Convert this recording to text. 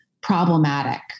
problematic